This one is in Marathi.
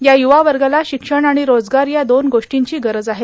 या य्वा वगाला भशक्षण आाण रोजगार या दोन गोष्टांची गरज आहे